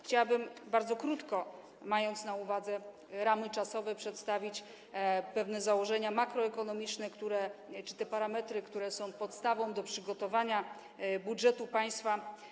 Chciałabym bardzo krótko, mając na uwadze ramy czasowe, przedstawić pewne założenia makroekonomiczne czy te parametry, które są podstawą do przygotowania budżetu państwa.